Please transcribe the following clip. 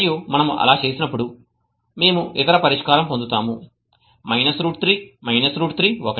మరియు మనము అలా చేసినప్పుడు మేము ఇతర పరిష్కారం పొందుతాము రూట్ 3 రూట్ 3 1